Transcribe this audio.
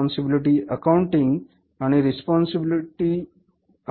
responsibility accounting आणि responsibility